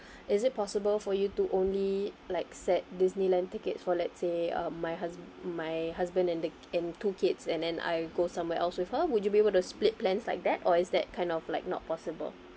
is it possible for you to only like set disneyland tickets for let's say uh my husb~ my husband and the and two kids and then I go somewhere else with her would you be able to split plans like that or is that kind of like not possible